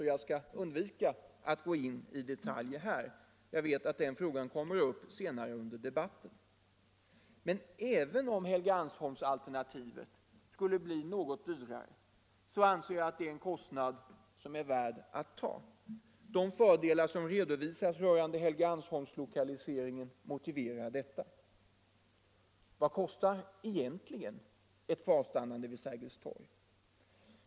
Jag skall därför undvika att gå in i detaljer — jag vet att kostnadsfrågan kommer upp senare under debatten. Men även om Helgeandsholmsalternativet skulle bli något dyrare, anser jag den kostnaden värd att ta. De fördelar som redovisats rörande Helgeandsholmslokaliseringen motiverar detta. Vad kostar egentligen ett kvarstannande vid Sergels torg?